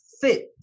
fit